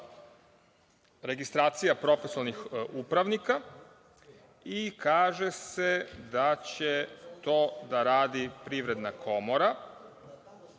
registracija profesionalnih upravnika i kaže se da će to da radi Privredna komora,